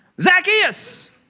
Zacchaeus